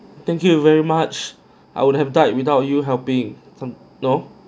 thank you very much I would have died without you helping some no